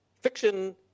Fiction